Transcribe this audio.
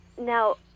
now